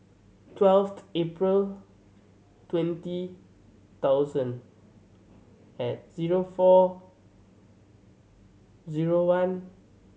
twelfth April twenty thousand at zero four zero one